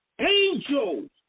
Angels